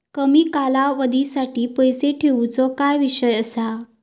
कमी कालावधीसाठी पैसे ठेऊचो काय विषय असा?